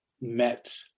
met